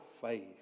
faith